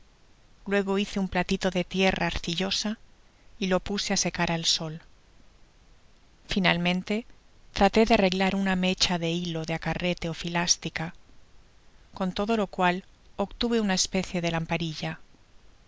luego hice un platito de tierra arcillosa y lo puse á secar al sol finalmente traté de arreglar una mecha de hilo de acarrete ó clástica con todo lo cual ebtuve una especie de lamparilla